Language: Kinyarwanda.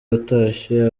watashye